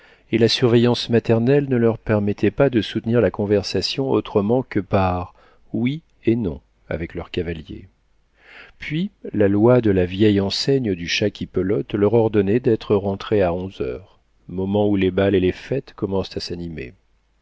et la surveillance maternelle ne leur permettait pas de soutenir la conversation autrement que par oui et non avec leurs cavaliers puis la loi de la vieille enseigne du chat qui pelote leur ordonnait d'être rentrées à onze heures moment où les bals et les fêtes commencent à s'animer